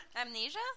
amnesia